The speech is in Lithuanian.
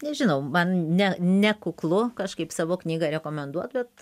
nežinau man ne nekuklu kažkaip savo knygą rekomenduot bet